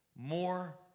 More